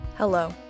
Hello